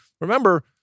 remember